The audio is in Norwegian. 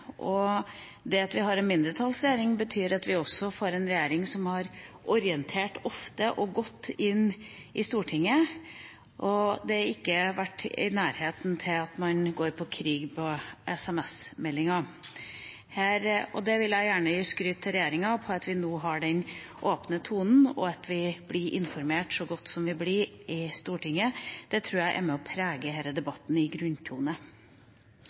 og det at vi har en mindretallsregjering, betyr at vi også har en regjering som har orientert Stortinget ofte og godt. Man har ikke vært i nærheten av å gå til krig på grunn av sms-meldinger. Jeg vil gjerne gi skryt til regjeringa for at vi nå har den åpne tonen, og for at vi blir informert så godt som vi blir, i Stortinget. Det tror jeg er med på å prege denne debattens grunntone. Når det gjelder budsjettet, er Venstre veldig glad for at vi også i